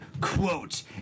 Quote